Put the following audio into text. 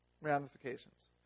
ramifications